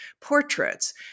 portraits